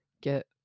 get